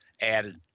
added